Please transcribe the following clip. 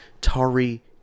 tari